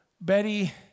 Betty